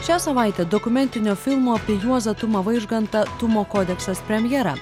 šią savaitę dokumentinio filmo apie juozą tumą vaižgantą tumo kodeksas premjera